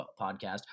podcast